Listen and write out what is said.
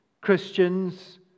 Christians